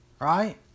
right